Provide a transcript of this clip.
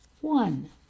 One